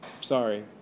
sorry